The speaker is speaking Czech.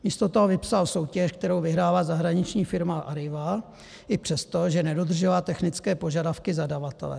Místo toho vypsal soutěž, kterou vyhrála zahraniční firma Arriva i přes to, že nedodržela technické požadavky zadavatele.